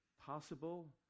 possible